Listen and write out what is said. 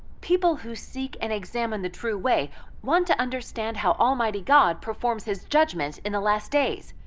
people who seek and examine the true way want to understand how almighty god performs his judgment in the last days.